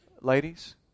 Ladies